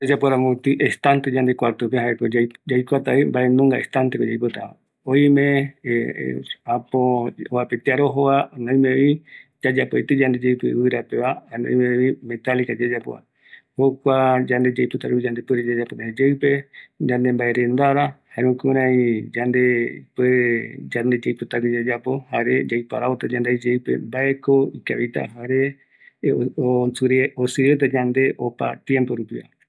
Aikua vaera, se rärï aikuata kïraï ayapotava, oïme ɨvɨra, oïme fierrova, jare oïme vi ovapeteare ñañonova, jare amae kavita opɨta vaera ikavi serope aipotarämi